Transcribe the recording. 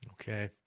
okay